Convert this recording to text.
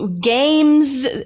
games